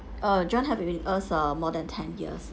uh john have been with us uh more than ten years